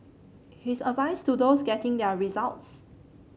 his advice to those getting their results